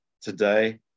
today